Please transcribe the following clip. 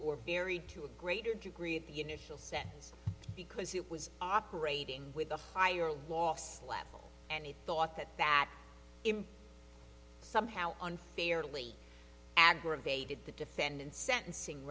or very to a greater degree at the initial set because it was operating with a higher loss level and he thought that that him somehow unfairly aggravated the defendant's sentencing